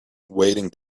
waiting